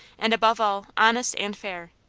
and above all honest, and fair.